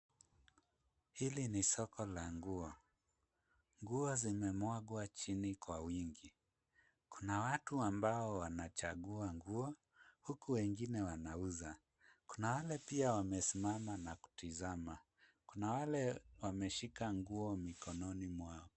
Hili ni soko la nguo. Nguo zimemwagwa chini kwa wingi. Kuna watu ambao wanachagua nguo huku wengine wanauza. Kuna wale pia wamesimama na kutazama. Kuna wale wameshika nguo mikononi mwao.